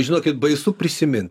žinokit baisu prisimint